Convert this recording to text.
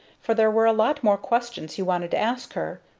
for there were a lot more questions he wanted to ask her.